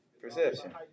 Perception